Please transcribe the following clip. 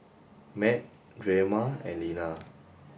Matt Drema and Lena